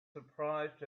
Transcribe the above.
surprised